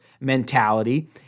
mentality